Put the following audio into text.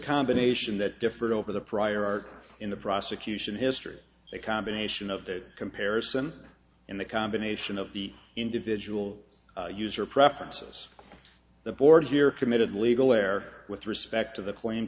combination that differed over the prior art in the prosecution history the combination of the comparison in the combination of the individual user preferences the board here committed legal air with respect of the p